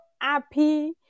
happy